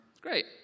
Great